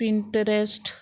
Pinterest